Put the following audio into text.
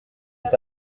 est